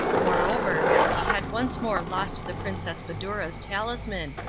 moreover, he had once more lost the princess badoura's talisman,